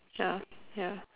ya ya